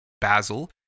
Basil